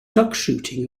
duckshooting